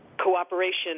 cooperation